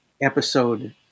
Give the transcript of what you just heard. episode